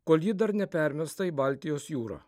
kol ji dar nepermesta į baltijos jūrą